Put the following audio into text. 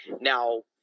Now